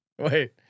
Wait